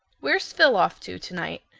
where's phil off to tonight?